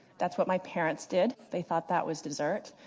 that's what my parents did, they thought that was dessert.